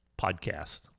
podcast